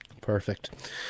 Perfect